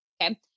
okay